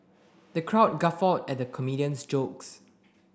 the crowd guffawed at the comedian's jokes